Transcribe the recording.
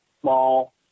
small